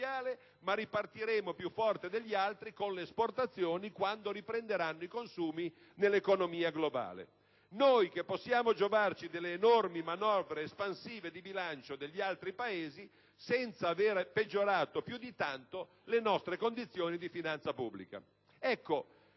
ma ripartiremo più forte degli altri con le esportazioni, quando riprenderanno i consumi nell'economia globale. Noi che possiamo giovarci delle enormi manovre espansive di bilancio degli altri Paesi, senza aver peggiorato più di tanto le nostre condizioni di finanza pubblica. Ecco,